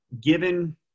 given